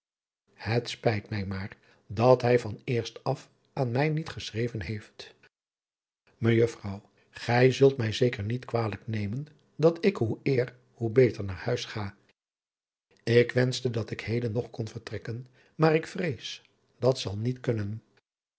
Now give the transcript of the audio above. het spijt mij maar dat hij van eerst af aan mij niet geschreven heeft mejuffrouw gij zult mij zeker niet kwalijk nemen dat ik hoe eer hoe beter naar huis ga ik wenschte dat ik heden nog kon vertrekken maar ik vrees dat zal niet kunnen